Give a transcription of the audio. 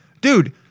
Dude